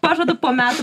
pažadu po metų